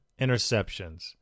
interceptions